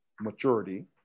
maturity